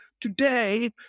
today